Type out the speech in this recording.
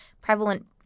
prevalent